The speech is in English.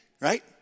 right